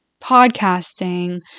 podcasting